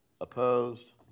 Opposed